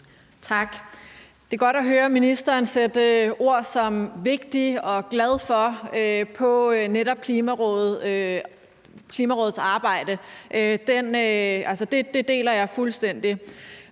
Tak. Det er godt at høre ministeren sætte ord som »vigtig« og »glad for« på netop Klimarådets arbejde. Altså, det deler jeg fuldstændig.